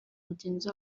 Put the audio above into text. mugenzi